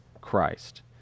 Christ